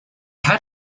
had